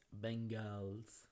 Bengals